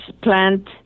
plant